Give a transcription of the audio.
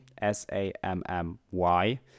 S-A-M-M-Y